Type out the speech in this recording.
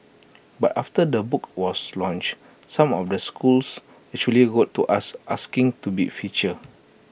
but after the book was launched some of the schools actually wrote to us asking to be featured